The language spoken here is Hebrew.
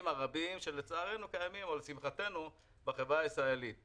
הרבים שלצערנו או לשמחתנו קיימים בחברה הישראלית.